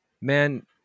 man